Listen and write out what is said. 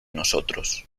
nosotros